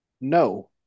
No